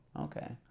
Okay